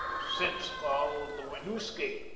since called the winooski,